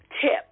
tip